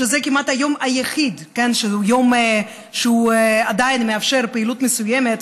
שזה כמעט היום היחיד שעדיין מאפשר פעילות מסוימת,